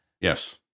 Yes